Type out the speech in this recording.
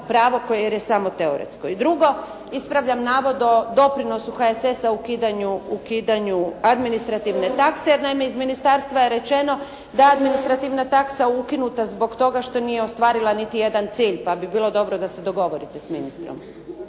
pravo koje je samo teoretsko. I drugo, ispravljam navod o doprinosu HSS ukidanju administrativne takse, jer naime iz ministarstva je rečeno da je administrativna taksa ukinuta zbog toga što nije ostvarila niti jedan cilj pa bi bilo dobro da se dogovorite s ministrom.